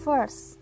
First